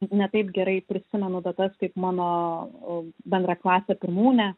ne taip gerai prisimenu datas kaip mano bendraklasė pirmūnė